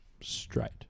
straight